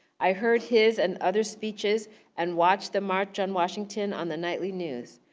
i heard his and other speeches and watched the march on washington on the nightly news.